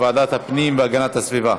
לוועדת הפנים והגנת הסביבה